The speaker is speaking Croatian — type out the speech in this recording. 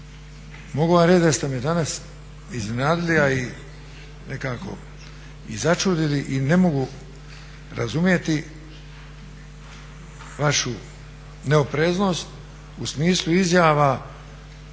mogu vam reći da ste me danas iznenadili, a i nekako začudili i ne mogu razumjeti vašu neopreznost u smislu izjava